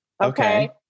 Okay